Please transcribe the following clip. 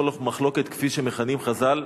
לכל מחלוקת, כפי שמכנים חז"ל,